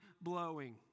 blowing